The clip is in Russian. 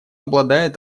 обладает